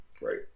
Right